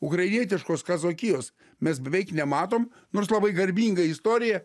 ukrainietiškos kazokijos mes beveik nematom nors labai garbinga istorija